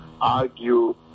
argue